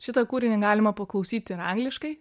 šitą kūrinį galima paklausyti ir angliškai